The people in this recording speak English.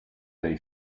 they